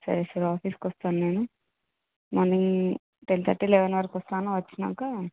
సరే సార్ ఆఫీస్కు వస్తాను నేను మార్నింగ్ టెన్ థర్టీ లెవెన్ వరకు వస్తాను వచ్చినాకా